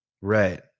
Right